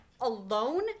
alone